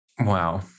Wow